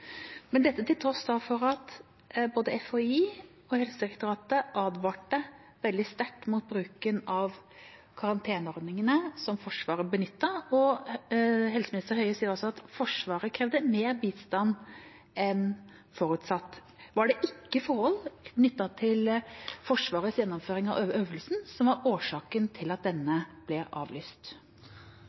dette til tross for at både FHI og Helsedirektoratet advarte veldig sterkt mot bruken av karanteneordningene som Forsvaret benyttet. Helseminister Høie sier også at Forsvaret krevde mer bistand enn forutsatt. Var det ikke forhold knyttet til Forsvarets gjennomføring av øvelsen som var årsaken til at denne ble avlyst?